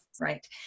right